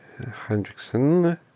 Hendrickson